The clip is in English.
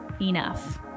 enough